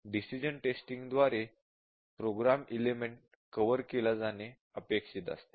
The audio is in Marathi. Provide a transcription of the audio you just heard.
डिसिश़न टेस्टिंग द्वारे प्रोग्राम एलिमेंट कव्हर केला जाणे अपेक्षित असते